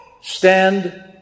stand